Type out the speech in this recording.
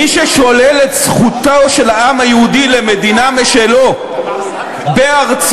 מי ששולל את זכותו של העם היהודי למדינה משלו בארצו,